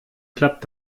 klappt